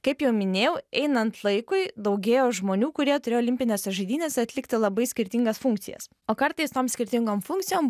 kaip jau minėjau einant laikui daugėjo žmonių kurie turi olimpinėse žaidynėse atlikti labai skirtingas funkcijas o kartais tom skirtingom funkcijom